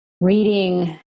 reading